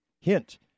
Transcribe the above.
Hint